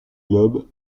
globe